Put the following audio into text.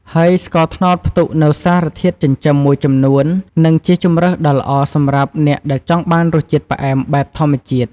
ហើយស្ករត្នោតផ្ទុកនូវសារធាតុចិញ្ចឹមមួយចំនួន និងជាជម្រើសដ៏ល្អសម្រាប់អ្នកដែលចង់បានរសជាតិផ្អែមបែបធម្មជាតិ។